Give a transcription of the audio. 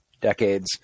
decades